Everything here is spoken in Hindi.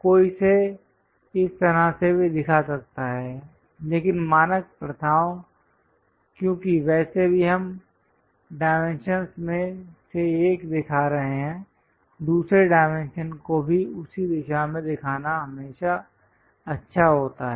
कोई इसे इस तरह से भी दिखा सकता है लेकिन मानक प्रथाओं क्योंकि वैसे भी हम डाइमेंशंस में से एक दिखा रहे हैं दूसरे डायमेंशन को भी उसी दिशा में दिखाना हमेशा अच्छा होता है